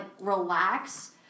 relax